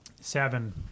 Seven